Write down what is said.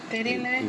really meh